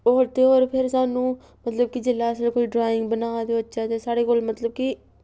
होर ते होर फिर साह्नूं मतलब कि जेल्लै अस कोई ड्राईंग बना दे जेल्लै साढ़े कोल मतलब कि